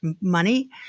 money